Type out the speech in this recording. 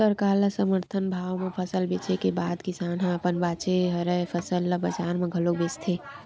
सरकार ल समरथन भाव म फसल बेचे के बाद किसान ह अपन बाचे हरय फसल ल बजार म घलोक बेचथे